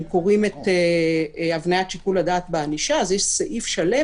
אם קוראים את הבניית שיקול הדעת בענישה אז יש סעיף שלם